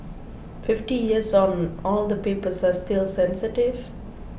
fifty years on all the papers are still sensitive